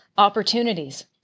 opportunities